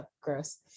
gross